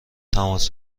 تماس